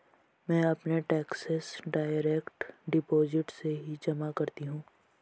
मैं अपने taxes direct deposit से ही जमा करती हूँ